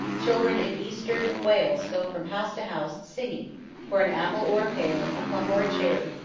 children in eastern wales go from house to house singing for an apple or a pear, a plum or a cherry,